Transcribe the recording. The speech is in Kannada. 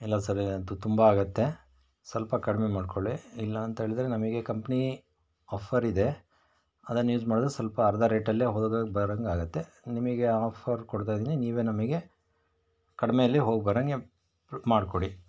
ಇಲ್ಲ ಸರ್ ಅದು ತುಂಬ ಆಗತ್ತೆ ಸ್ವಲ್ಪ ಕಡಿಮೆ ಮಾಡಿಕೊಳ್ಳಿ ಇಲ್ಲ ಅಂತ ಹೇಳಿದ್ರೆ ನಮಗೆ ಕಂಪ್ನಿ ಆಫರ್ ಇದೆ ಅದನ್ನು ಯೂಸ್ ಮಾಡಿದ್ರೆ ಸ್ವಲ್ಪ ಅರ್ಧ ರೇಟಲ್ಲೇ ಹೋಗೋಗ್ ಬರಂಗೆ ಆಗತ್ತೆ ನಿಮಗೆ ಆ ಆಫರ್ ಕೊಡ್ತಾ ಇದ್ದೀನಿ ನೀವೇ ನಮಗೆ ಕಡಿಮೇಲಿ ಹೋಗಿ ಬರಂಗೆ ಮಾಡಿಕೊಡಿ